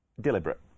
deliberate